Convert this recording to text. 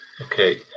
Okay